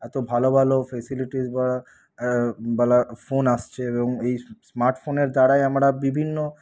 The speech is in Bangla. এতো ভালো ভালো ফেসিলেটিজ ওয়ালা ফোন আসছে এবং এই স্মার্ট ফোনের দ্বারাই আমরা বিভিন্ন